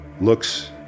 looks